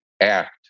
ACT